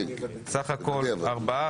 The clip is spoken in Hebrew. סך הכול ארבעה.